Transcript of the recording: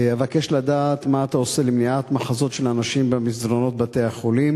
1. אבקש לדעת מה אתה עושה למניעת מחזות של אנשים במסדרונות בתי-החולים,